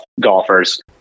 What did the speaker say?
golfers